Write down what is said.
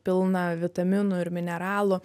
pilna vitaminų ir mineralų